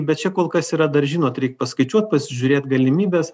bet čia kol kas yra dar žinot reik paskaičiuot pasižiūrėt galimybes